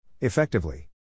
Effectively